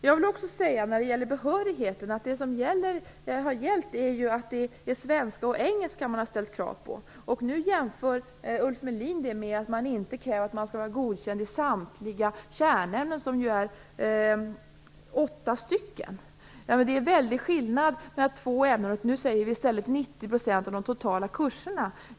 Jag vill, när det gäller behörigheten, också säga att det har varit svenska och engelska man har ställt krav på. Nu gör Ulf Melin en jämförelse och säger att man inte kräver godkänt i samtliga kärnämnen - de är ju åtta stycken. Nu säger vi i stället 90 % av de totala kurserna.